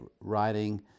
writing